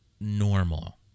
normal